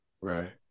Right